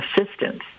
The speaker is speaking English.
assistance